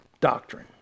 doctrine